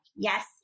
Yes